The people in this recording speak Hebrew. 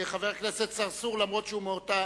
חבר הכנסת צרצור, אף-על-פי שהוא מאותה